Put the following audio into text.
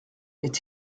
est